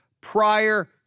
prior